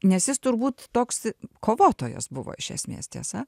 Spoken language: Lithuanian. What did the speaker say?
nes jis turbūt toks kovotojas buvo iš esmės tiesa